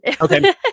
Okay